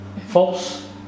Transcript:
False